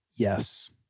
yes